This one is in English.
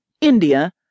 India